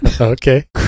Okay